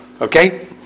Okay